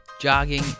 jogging